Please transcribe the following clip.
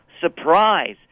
surprise